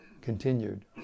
continued